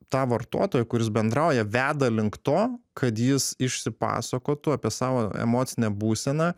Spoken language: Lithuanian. tą vartotoją kuris bendrauja veda link to kad jis išsipasakotų apie savo emocinę būseną